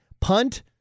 punt